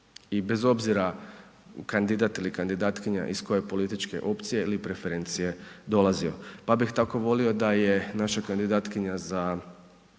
i bez obzira kandidat ili kandidatkinja iz koje političke opcije ili preferencije dolazio. Pa bih tako volio da je naša kandidatkinja za